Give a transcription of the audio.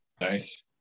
Nice